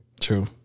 True